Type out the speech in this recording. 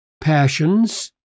passions